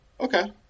Okay